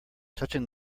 touching